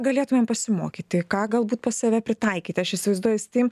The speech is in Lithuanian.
galėtumėm pasimokyti ką galbūt pas save pritaikyti aš įsivaizduoju stim